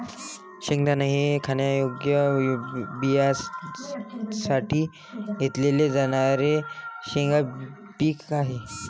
शेंगदाणा हे खाण्यायोग्य बियाण्यांसाठी घेतले जाणारे शेंगा पीक आहे